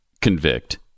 convict